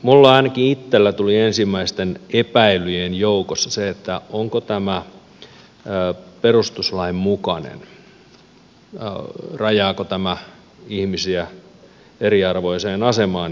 minulle ainakin itselleni tuli ensimmäisten epäilyjen joukossa mieleen se onko tämä perustuslain mukainen rajaako tämä ihmisiä eriarvoiseen asemaan ja niin edespäin